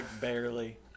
barely